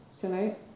tonight